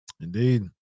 indeed